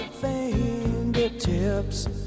fingertips